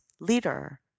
leader